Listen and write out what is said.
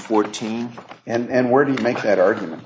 fourteen and where do you make that argument